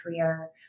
career